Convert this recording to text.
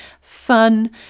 fun